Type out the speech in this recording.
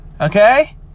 okay